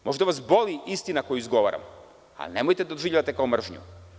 Možda vas boli istina koju izgovaram, ali nemojte da doživljavate kao mržnju.